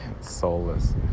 Soulless